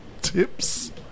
tips